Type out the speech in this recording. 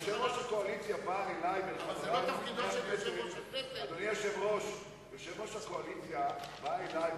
אבל יושב-ראש הקואליציה בא אלי,